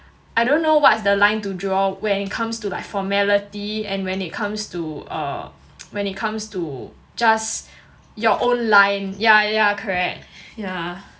I don't know what's the line to draw when it comes to like formality and when it comes to err when it comes to just your own line yeah yeah correct yeah